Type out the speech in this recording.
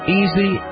easy